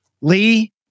Lee